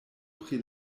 pri